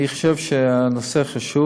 אני חושב שהנושא חשוב.